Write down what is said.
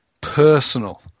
personal